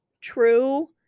true